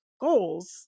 goals